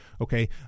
Okay